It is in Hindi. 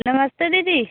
नमस्ते दीदी